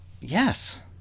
Yes